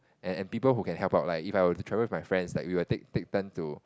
and and people who can help out like if I will travel with my friends like we will take take turn to